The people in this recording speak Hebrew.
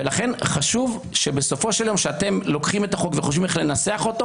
לכן חשוב שבסופו של יום כשאתם לוקחים את החוק וחושבים איך לנסח אותו